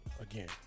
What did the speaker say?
Again